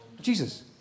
Jesus